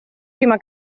prima